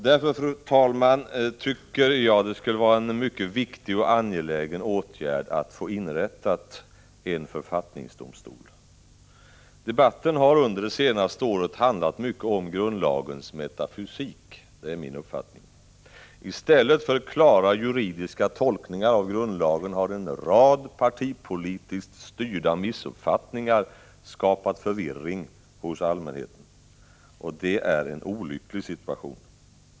Därför tycker jag att det skulle vara mycket angeläget att få en författningsdomstol inrättad här i landet. Debatten har under det senaste året handlat mycket om grundlagens metafysik — det är min uppfattning. I stället för att man fått klara juridiska tolkningar av grundlagen har en rad partipolitiskt styrda missuppfattningar skapat förvirring hos allmänheten, och det är olyckligt.